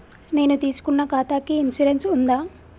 నేను తీసుకున్న ఖాతాకి ఇన్సూరెన్స్ ఉందా?